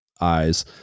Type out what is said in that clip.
eyes